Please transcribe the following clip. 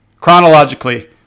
chronologically